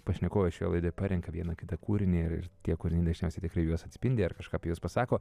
pašnekovai šiai laidai parenka vieną kitą kūrinį ir tie kurie dažniausiai tikrai juos atspindi ar kažką apie jus pasako